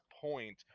point